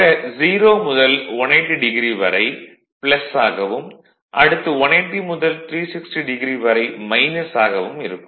ஆக 0 முதல் 180 டிகிரி வரை ஆகவும் அடுத்து 180 முதல் 360 டிகிரி வரை ஆகவும் இருக்கும்